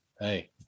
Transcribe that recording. Hey